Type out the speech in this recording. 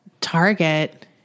Target